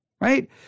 right